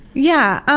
yeah,